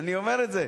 אני אומר את זה.